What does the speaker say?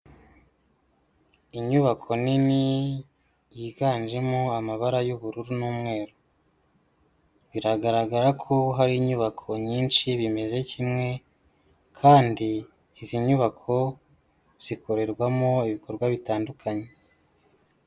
Inyubako nini yiganjemo amabara y'ubururu n'umweru, biragaragara ko hari inyubako nyinshi bimeze kimwe kandi izi nyubako zikorerwamo ibikorwa bitandukanye.